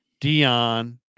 Dion